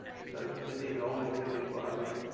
because you see the raw material requirement,